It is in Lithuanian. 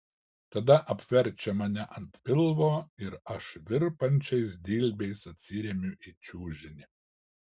tada apverčia mane ant pilvo ir aš virpančiais dilbiais atsiremiu į čiužinį